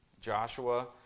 Joshua